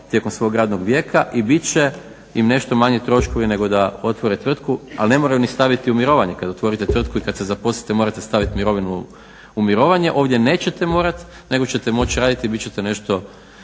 tijekom svog radnog vijeka i bit će im nešto manji troškovi nego da otvore tvrtku. Ali ne moraju ni staviti u mirovanje kad otvorite tvrtku i kad se zaposlite morate stavit mirovinu u mirovanje, ovdje nećete morat nego ćete moći raditi i bit ćete nešto,